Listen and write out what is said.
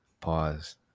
pause